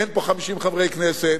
אין פה 50 חברי כנסת,